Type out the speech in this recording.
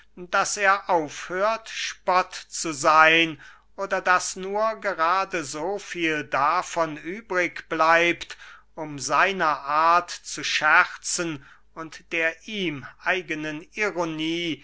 daß er aufhört spott zu seyn oder daß nur gerade so viel davon übrig bleibt um seiner art zu scherzen und der ihm eigenen ironie